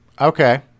Okay